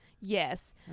Yes